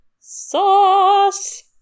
sauce